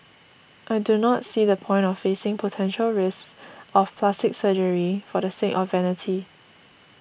I do not see the point of facing potential risks of plastic surgery for the sake of vanity